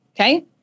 Okay